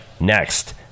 Next